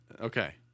okay